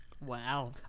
Wow